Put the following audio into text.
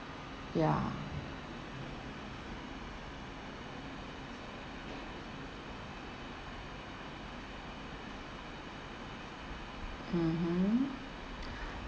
ya mmhmm